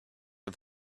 the